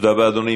תודה רבה, אדוני.